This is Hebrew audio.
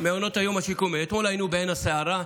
מעונות היום השיקומיים, אתמול היינו בעין הסערה.